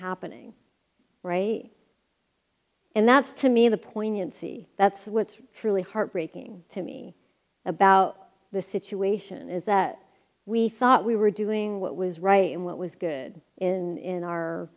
happening right and that's to me the poignancy that's what's truly heartbreaking to me about the situation is that we thought we were doing what was right and what was good in